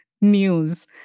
news